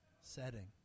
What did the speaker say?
setting